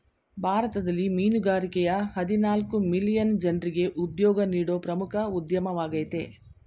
ಭಾರತದಲ್ಲಿ ಮೀನುಗಾರಿಕೆಯ ಹದಿನಾಲ್ಕು ಮಿಲಿಯನ್ ಜನ್ರಿಗೆ ಉದ್ಯೋಗ ನೀಡೋ ಪ್ರಮುಖ ಉದ್ಯಮವಾಗಯ್ತೆ